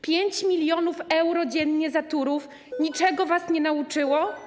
5 mln euro dziennie za Turów niczego was nie nauczyło?